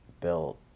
built